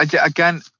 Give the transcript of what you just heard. Again